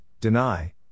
deny